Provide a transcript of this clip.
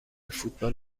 فوتبال